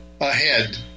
ahead